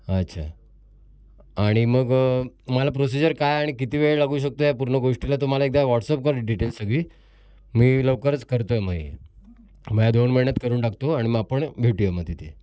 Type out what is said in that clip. अच्छा आणि मग मला प्रोसिजर काय आणि किती वेळ लागू शकतो या पूर्ण गोष्टीला तर मला एकदा व्हाट्सअप कर डिटेल्स सगळी मी लवकरच करतो आहे मग हे मग ह्या दोन महिन्यात करून टाकतो आणि मग आपण भेटूया मग तिथे